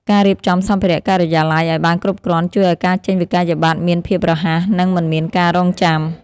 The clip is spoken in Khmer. ការរៀបចំសម្ភារ:ការិយាល័យឱ្យបានគ្រប់គ្រាន់ជួយឱ្យការចេញវិក្កយបត្រមានភាពរហ័ស និងមិនមានការរង់ចាំ។